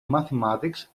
mathematics